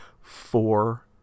four